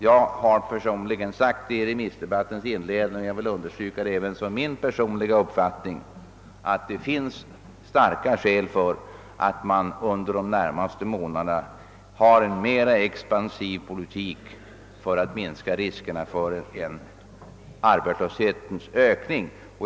Jag vill understryka vad jag i remissdebattens inledning som min personliga uppfattning framhöll, att det finns starka skäl för att under de närmaste månaderna föra en mer expansiv politik för att minska riskerna för en ökning av arbetslösheten.